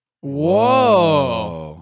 Whoa